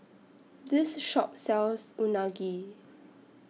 This Shop sells Unagi